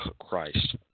Christ